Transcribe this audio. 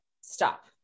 stop